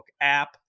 app